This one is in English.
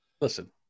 Listen